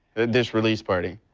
this release party?